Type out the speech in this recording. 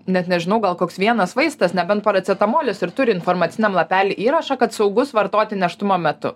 net nežinau gal koks vienas vaistas nebent paracetamolis ir turi informaciniam lapely įrašą kad saugus vartoti nėštumo metu